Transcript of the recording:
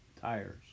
tires